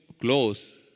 close